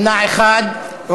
38 בעד, 12 מתנגדים, נמנע אחד.